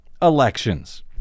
Elections